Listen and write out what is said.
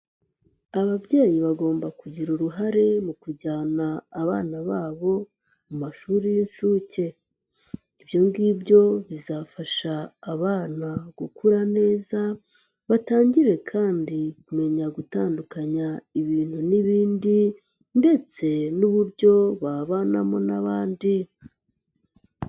Ababyeyi bagomba kugira uruhare mu kujyana abana babo mu mashuri y'inshuke. Ibyongibyo bizafasha abana gukura neza batangire kandi kumenya gutandukanya ibintu n'ibindi, ndetse n'uburyo babanamo n'abandi.